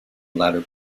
latter